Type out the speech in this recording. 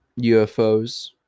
UFOs